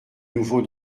nouveau